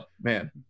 man